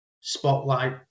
spotlight